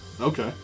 Okay